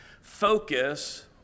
Focus